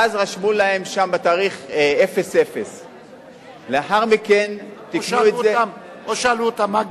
ואז רשמו להם בתאריך 00. או שאלו אותם מה גילם,